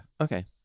okay